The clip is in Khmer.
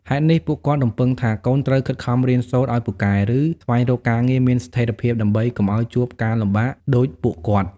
ហេតុនេះ ពួកគាត់រំពឹងថាកូនត្រូវ ខិតខំរៀនសូត្រឲ្យពូកែ ឬ ស្វែងរកការងារមានស្ថិរភាព ដើម្បីកុំឲ្យជួបការលំបាកដូចពួកគាត់។